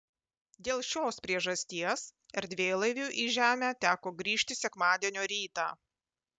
dėl šios priežasties erdvėlaiviui į žemę teko grįžti sekmadienio rytą